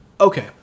okay